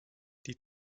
die